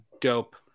dope